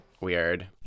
Weird